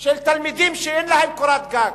של תלמידים שאין להם קורת-גג?